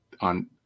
on